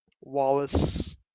Wallace